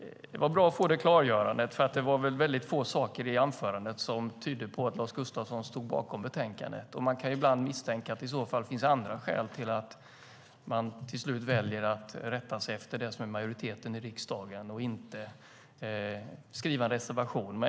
Herr talman! Det var bra att få det klargörandet. Det var väldigt få saker i anförandet som tydde på att Lars Gustafsson stod bakom betänkandet. Man kan ibland misstänka att det i så fall finns andra skäl till att han till slut väljer att rätta sig efter majoriteten riksdagen och inte skriva en reservation.